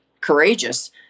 courageous